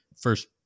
first